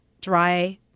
dry